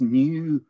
new